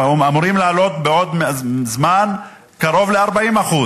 ואמורים לעלות בעוד זמן בקרוב ל-40%.